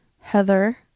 Heather